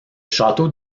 château